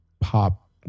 pop